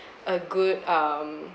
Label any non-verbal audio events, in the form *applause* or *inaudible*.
*breath* a good um